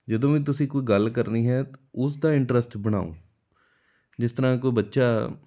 ਜਦੋਂ ਵੀ ਤੁਸੀਂ ਕੋਈ ਗੱਲ ਕਰਨੀ ਹੈ ਉਸਦਾ ਇੰਟਰਸਟ ਬਣਾਓ ਜਿਸ ਤਰ੍ਹਾਂ ਕੋਈ ਬੱਚਾ